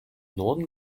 norden